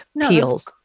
Peels